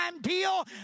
deal